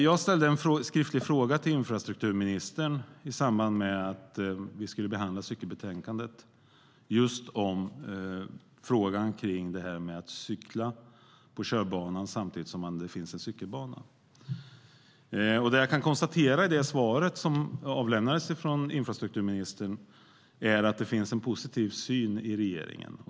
Jag ställde en skriftlig fråga till infrastrukturministern i samband med att vi skulle behandla cykelbetänkandet just om att cykla på körbanan samtidigt som det finns en cykelbana. Det jag kan konstatera i det svar som avlämnades från infrastrukturministern är att det finns en positiv syn i regeringen.